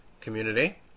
community